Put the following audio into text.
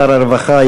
שר הרווחה,